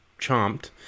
chomped